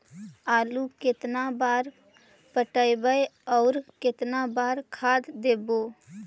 आलू केतना बार पटइबै और केतना बार खाद देबै?